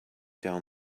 down